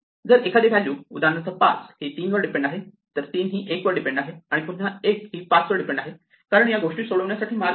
जर एखादी व्हॅल्यू उदाहरणार्थ 5 ही 3 वर डीपेंड आहे तर 3 ही 1 वर डीपेंड आहे आणि पुन्हा 1 ही 5 वर डीपेंड आहे कारण या गोष्टी सोडवण्यासाठी मार्ग नाही